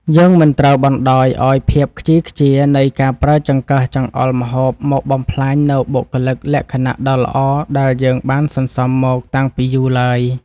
យើងមិនត្រូវបណ្តោយឱ្យភាពខ្ជីខ្ជានៃការប្រើចង្កឹះចង្អុលម្ហូបមកបំផ្លាញនូវបុគ្គលិកលក្ខណៈដ៏ល្អដែលយើងបានសន្សំមកតាំងពីយូរឡើយ។